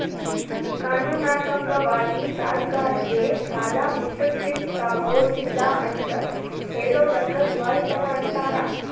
ಕಾನೂನಾತ್ಮಕ ವಾಗಿ ಸಾಲ್ಗಾರ್ರೇಗೆ ಸಾಲಾ ಮುಟ್ಟ್ಸ್ಲಿಕ್ಕಗೊದಿಲ್ಲಾ ಅಂತ್ ಹೆಳೊದಕ್ಕ ದಿವಾಳಿತನ ಅಂತಾರ